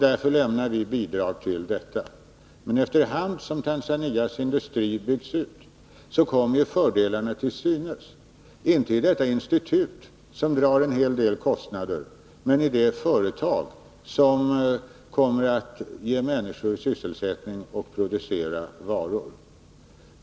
Därför lämnar vi bidrag till detta. Men efter hand som Tanzanias industri byggs ut kommer ju fördelarna till synes — inte i fråga om detta institut, som drar en hel del kostnader, men väl i fråga om de företag som kommer att ge människor sysselsättning och producera varor.